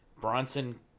Bronson